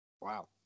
Wow